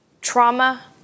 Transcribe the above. trauma